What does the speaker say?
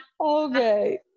Okay